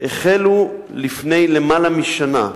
החלו לפני למעלה משנה,